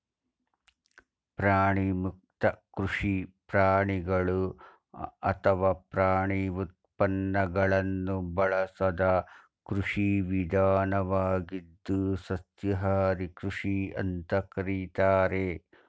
ಪ್ರಾಣಿಮುಕ್ತ ಕೃಷಿ ಪ್ರಾಣಿಗಳು ಅಥವಾ ಪ್ರಾಣಿ ಉತ್ಪನ್ನಗಳನ್ನು ಬಳಸದ ಕೃಷಿ ವಿಧಾನವಾಗಿದ್ದು ಸಸ್ಯಾಹಾರಿ ಕೃಷಿ ಅಂತ ಕರೀತಾರೆ